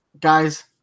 guys